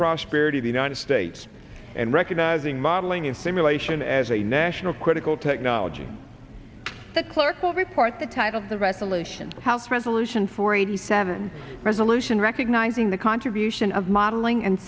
prosperity of united states and recognizing modeling and simulation as a national critical technology the clerk will report the title of the resolution house resolution four eighty seven resolution recognizing the contribution of modeling and